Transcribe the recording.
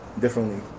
differently